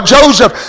Joseph